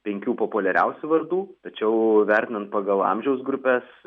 penkių populiariausių vardų tačiau vertinant pagal amžiaus grupes